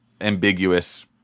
ambiguous